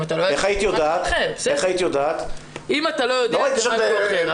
אם אתה לא יודע, זה משהו אחר.